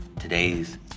today's